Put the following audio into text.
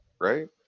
right